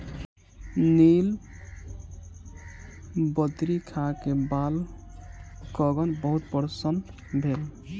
नीलबदरी खा के बालकगण बहुत प्रसन्न भेल